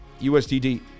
USDT